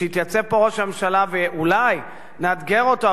שיתייצב פה ראש הממשלה ואולי נאתגר אותו,